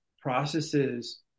processes